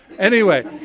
anyway,